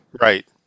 Right